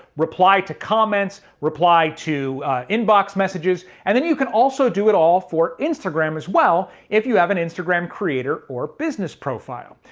reply to comments, reply to inbox messages and then you can also do it all for instagram as well if you have an instagram creator or business profile.